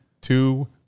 two